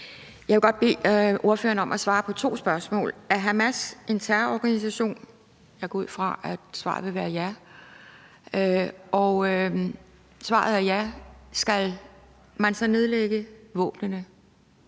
Jeg vil godt bede ordføreren om at svare på to spørgsmål. Er Hamas en terrororganisation? Jeg går ud fra, at svaret vil være ja. Og skal de nedlægge våbnene,